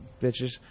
bitches